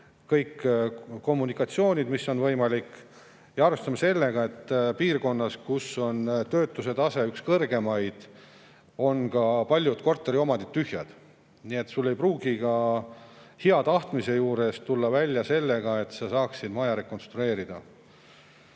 kõik kommunikatsioonid, mis on võimalik. Arvestame sellega, et piirkonnas, kus on töötuse tase üks kõrgemaid, on ka paljud korteriomandid tühjad. Nii et ei pruugi ka hea tahtmise juures tulla välja see, et saaks maja rekonstrueerida.